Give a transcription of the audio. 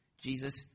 Jesus